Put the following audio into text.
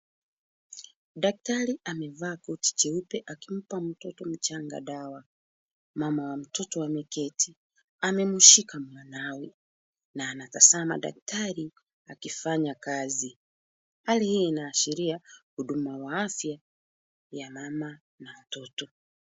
Daktari amevaa koti jeupe akimpa mtoto mchanga dawa. Mama wa mtoto ameketi, amemshika mwanawe na anatazama daktari akifanya kazi. Hali hii inaashiria huduma wa afya ya mama na mtoto.